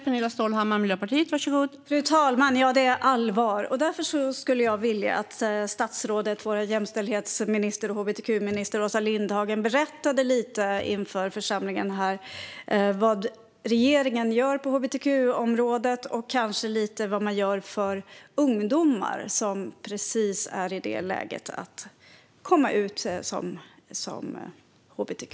Fru talman! Ja, det är allvar. Därför skulle jag vilja att vår jämställdhets och hbtq-minister Åsa Lindhagen berättade lite inför församlingen här vad regeringen gör på hbtq-området och kanske lite vad ni gör för ungdomar som är i läget att komma ut som hbtq.